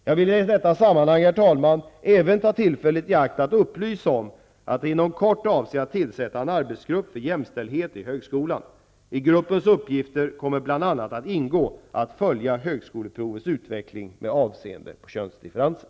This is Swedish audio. Jag vill i detta sammanhang även ta tillfället i akt att upplysa om att jag inom kort avser att tillsätta en arbetsgrupp för jämställdhet i högskolan. I gruppens uppgifter kommer bl.a. att ingå att följa högskoleprovets utveckling med avseende på könsdifferenser.